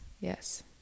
Yes